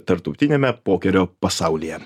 tarptautiniame pokerio pasaulyje